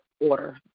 order